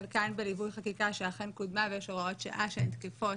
חלקן בליווי חקיקה שאכן קודמה ויש הוראות שעה שהן תקפות